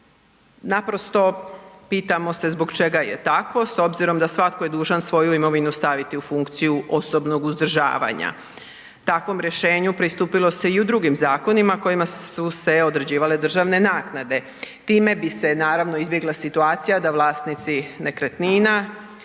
Naprosto pitamo se zbog čega je tako s obzirom da je svako dužan svoju imovinu staviti u funkciji osobnog uzdržavanja. Takvom rješenju pristupilo se i u drugim zakonima kojima su se određivale državne naknade. Time bi se izbjegla situacija da vlasnici nekretnina